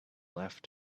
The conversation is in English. left